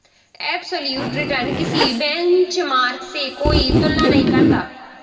absolute return किसी benchmark से कोई तुलना नहीं करता